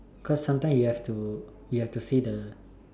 cause sometime you have to you have to see the